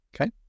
Okay